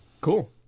Cool